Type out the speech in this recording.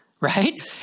Right